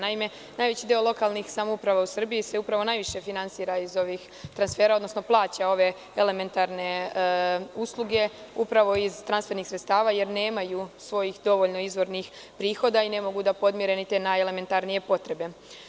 Naime, najveći broj lokalnih samouprava u Srbiji se upravo najviše finansira iz ovih transfera, odnosno plaća ove elementarne usluge upravo iz transfernih sredstava, jer nemaju dovoljno svojih izvornih prihoda i ne mogu da podmire ni te najelementarnije potrebe.